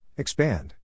Expand